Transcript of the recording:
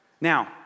now